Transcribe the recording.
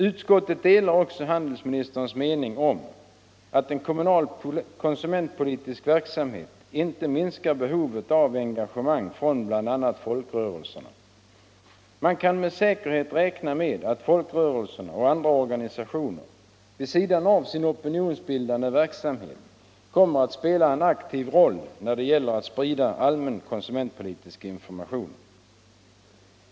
Utskottet delar också handelsministerns mening att en kommunal konsumentpolitisk verksamhet inte minskar behovet av engagemang från bl.a. folkrörelserna. Man kan med säkerhet räkna med att folkrörelserna och andra organisationer vid sidan av sin opinionsbildande verksamhet kommer att spela en aktiv roll när det gäller att sprida allmän konsumentpolitisk information.